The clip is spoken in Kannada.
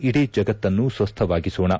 ಇಡೀ ಜಗತ್ತನ್ನು ಸ್ವಸ್ವವಾಗಿಸೋಣ